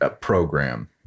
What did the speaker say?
program